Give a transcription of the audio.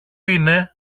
είναι